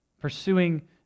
pursuing